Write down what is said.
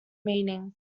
meaning